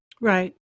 Right